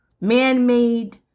man-made